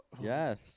Yes